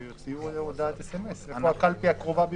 שיוציאו הודעת סמס איפה הקלפי הקרובה ביותר.